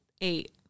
Eight